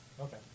Okay